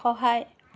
সহায়